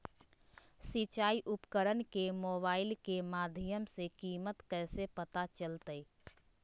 सिंचाई उपकरण के मोबाइल के माध्यम से कीमत कैसे पता चलतय?